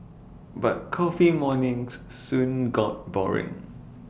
but coffee mornings soon got boring